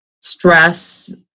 stress